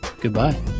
goodbye